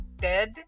dead